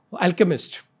alchemist